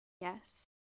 Yes